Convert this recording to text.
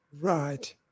Right